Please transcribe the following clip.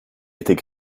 était